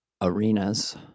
Arenas